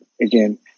again